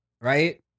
right